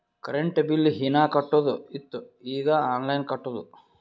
current bill ಹೀನಾ ಕಟ್ಟದು ಇತ್ತು ಈಗ ಆನ್ಲೈನ್ಲೆ ಕಟ್ಟುದ